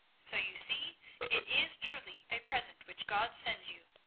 so you see it is truly a present which god sends you.